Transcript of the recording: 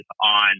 on